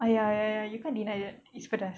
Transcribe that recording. ah ya ya ya you can't deny that it's pedas